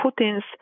Putin's